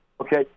okay